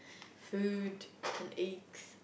food and eggs